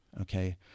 Okay